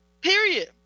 period